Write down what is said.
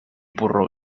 porró